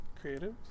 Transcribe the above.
Creative